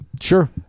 sure